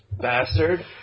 Bastard